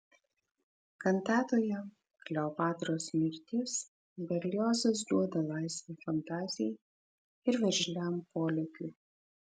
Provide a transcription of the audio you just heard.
kantatoje kleopatros mirtis berliozas duoda laisvę fantazijai ir veržliam polėkiui